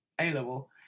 A-Level